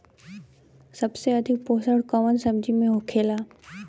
सबसे अधिक पोषण कवन सब्जी में होखेला?